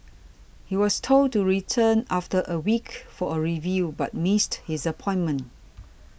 he was told to return after a week for a review but missed his appointment